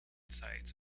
sites